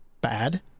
bad